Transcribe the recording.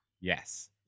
Yes